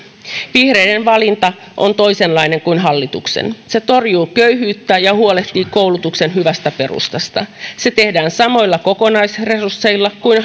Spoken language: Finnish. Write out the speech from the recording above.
vihreiden valinta on toisenlainen kuin hallituksen se torjuu köyhyyttä ja huolehtii koulutuksen hyvästä perustasta se tehdään samoilla kokonaisresursseilla kuin